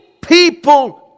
people